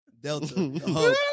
Delta